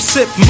Sip